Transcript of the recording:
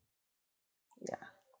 yeah